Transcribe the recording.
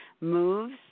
moves